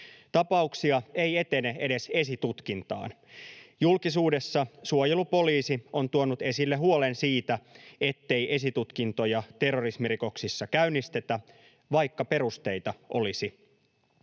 Tapauksia ei etene edes esitutkintaan. Julkisuudessa suojelupoliisi on tuonut esille huolen siitä, ettei esitutkintoja terrorismirikoksissa käynnistetä, vaikka perusteita olisi.